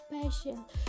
special